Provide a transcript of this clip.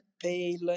pale